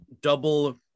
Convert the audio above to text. double